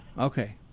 Okay